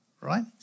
right